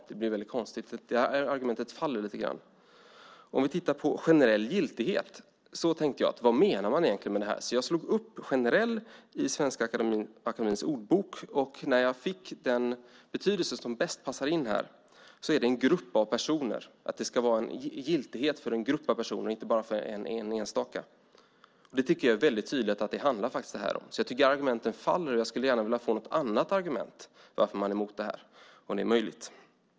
Det blir väldigt konstigt. Det argumentet faller lite grann. Vi kan titta på "generell giltighet". Jag tänkte: Vad menar man egentligen med det? Jag slog upp "generell" i Svenska Akademiens ordbok, och den betydelse som passar bäst in här är en grupp av personer, att det ska vara en giltighet för en grupp av personer, inte bara för en enstaka. Jag tycker att det är väldigt tydligt att det här handlar om det, så därför faller argumenten. Jag skulle gärna vilja få något annat argument för att man är emot det här om det är möjligt.